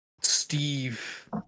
Steve